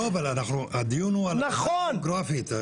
לא, אבל הדיון הוא על הוועדה הגיאוגרפית.